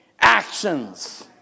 actions